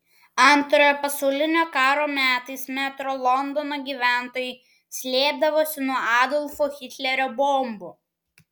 antrojo pasaulinio karo metais metro londono gyventojai slėpdavosi nuo adolfo hitlerio bombų